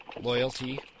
Loyalty